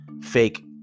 fake